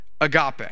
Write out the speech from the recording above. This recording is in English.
agape